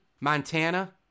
Montana